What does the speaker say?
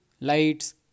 lights